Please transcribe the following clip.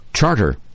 Charter